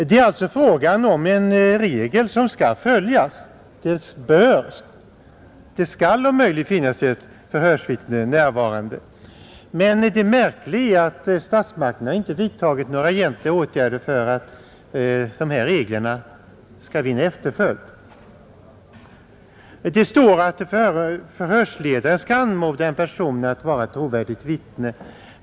Det är alltså fråga om en lagregel som skall följas — det skall om möjligt finnas ett förhörsvittne närvarande. Men det märkliga är att statsmakterna inte har vidtagit några egentliga åtgärder för att den regeln skall vinna efterföljd. Det står att förhörsledare skall anmoda en person att vara trovärdigt vittne.